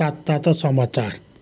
तात्तातो समाचार